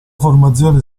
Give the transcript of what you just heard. formazione